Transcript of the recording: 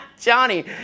Johnny